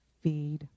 feed